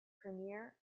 premier